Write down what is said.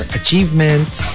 achievements